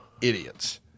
idiots